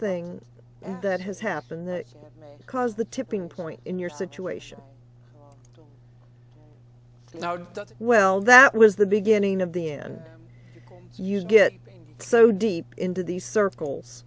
thing that has happened because the tipping point in your situation well that was the beginning of the end you get so deep into these circles